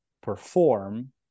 perform